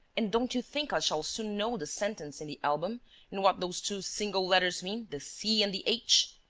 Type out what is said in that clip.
and don't you think i shall soon know the sentence in the album and what those two single letters mean, the c and the h?